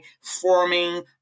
forming